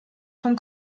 vom